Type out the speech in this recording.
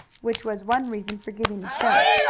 which was one reason for giving the show.